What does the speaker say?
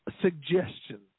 suggestions